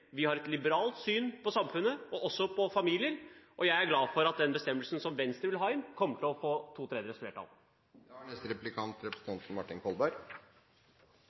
Vi har et liberalt syn på samfunnet og familien. Jeg er glad for at den bestemmelsen Venstre vil ha inn, kommer til å få to